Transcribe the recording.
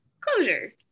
closure